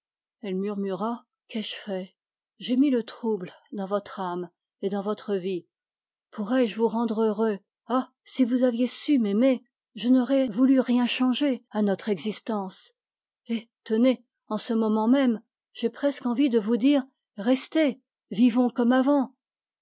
elle murmura qu'ai-je fait j'ai mis le trouble dans votre âme et dans votre vie pourrai-je vous rendre heureux si vous aviez su m'aimer je n'aurais voulu rien changer à notre existence et tenez en ce moment même j'ai presque envie de vous dire restez vivons comme avant